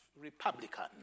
Republican